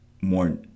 more